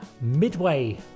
midway